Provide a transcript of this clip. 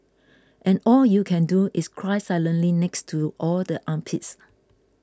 and all you can do is cry silently next to all the armpits